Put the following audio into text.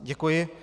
Děkuji.